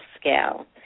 scale